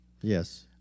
Yes